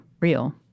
real